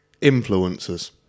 influencers